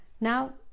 Now